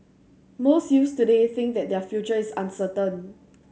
most youths today think that their future is uncertain